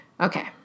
Okay